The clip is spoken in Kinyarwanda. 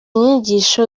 nyigisho